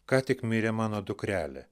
ką tik mirė mano dukrelė